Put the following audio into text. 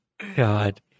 god